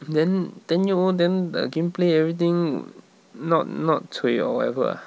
then then you know then the gameplay everything not not cui or whatever ah